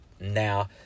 now